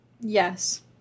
Yes